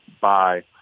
bye